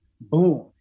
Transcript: Boom